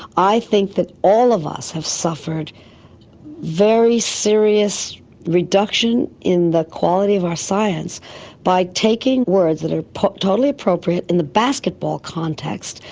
i think that all of us have suffered very serious reduction in the quality of our science by taking words that are totally appropriate in the basketball context,